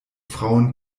frauen